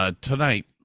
Tonight